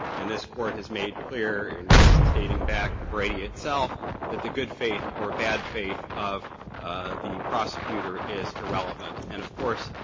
and this court has made clear in cases dating back to brady itself that the good faith or bad faith of the prosecutor is irrelevant. and, of course,